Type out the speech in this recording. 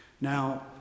Now